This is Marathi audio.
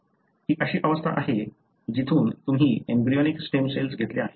ही अशी अवस्था आहे जिथून तुम्ही एम्ब्रियोनिक स्टेम सेल्स घेतल्या आहेत